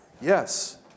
Yes